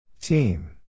Team